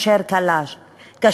אשר כשל וקרס.